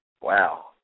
wow